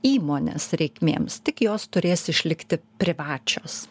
įmonės reikmėms tik jos turės išlikti privačios